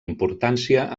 importància